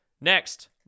Next